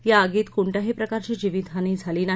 या आगीत कोणत्याही प्रकारची जीवितहानी झाली नाही